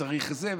וצריך זה,